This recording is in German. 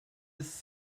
ist